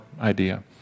idea